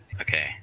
okay